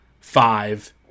five